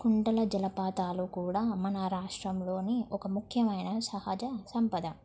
కుంటల జలపాతాలు కూడా మన రాష్ట్రంలోని ఒక ముఖ్యమైన సహజ సంపద